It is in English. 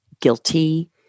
guilty